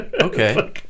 Okay